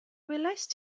welaist